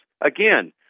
again